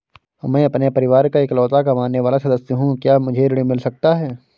मैं अपने परिवार का इकलौता कमाने वाला सदस्य हूँ क्या मुझे ऋण मिल सकता है?